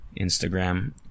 instagram